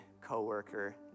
coworker